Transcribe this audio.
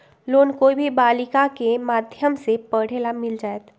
Loan कोई भी बालिका के माध्यम से पढे ला मिल जायत?